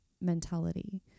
mentality